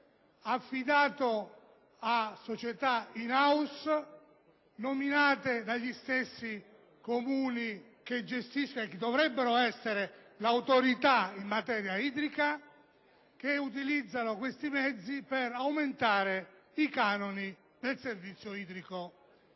affidato a società *in house*, nominate dagli stessi Comuni che dovrebbero essere l'autorità in materia idrica e che invece utilizzano questi mezzi per aumentare i canoni del servizio idrico,